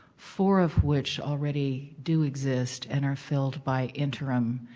four of which already do exist and are filled by interim